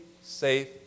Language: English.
safe